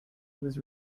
was